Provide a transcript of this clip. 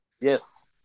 yes